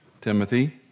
Timothy